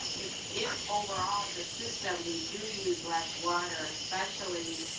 if, if overall as a system, we do use less water, especially,